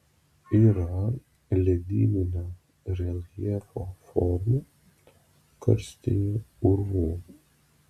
yra ledyninio reljefo formų karstinių urvų